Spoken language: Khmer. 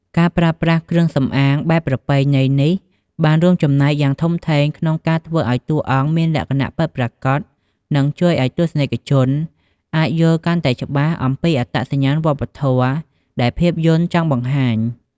ការប្រើប្រាស់គ្រឿងសំអាងបែបប្រពៃណីនេះបានរួមចំណែកយ៉ាងធំធេងក្នុងការធ្វើឱ្យតួអង្គមានលក្ខណៈពិតប្រាកដ និងជួយឱ្យទស្សនិកជនអាចយល់កាន់តែច្បាស់អំពីអត្តសញ្ញាណវប្បធម៌ដែលភាពយន្តចង់បង្ហាញ។